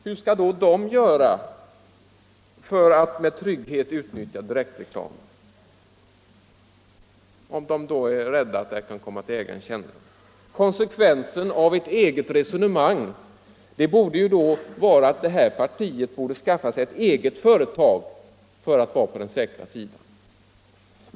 Hur skall då de göra för att med trygghet kunna utnyttja direktreklamen? Konsekvensen av ert resonemang borde då vara att vänsterpartiet kommunisterna borde skaffa sig ett eget företag för att vara på den säkra sidan.